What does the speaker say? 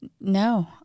No